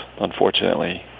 unfortunately